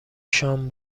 شام